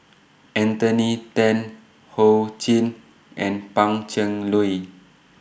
Anthony Then Ho Ching and Pan Cheng Lui